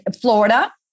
Florida